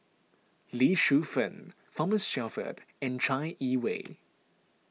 Lee Shu Fen Thomas Shelford and Chai Yee Wei